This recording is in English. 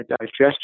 digestion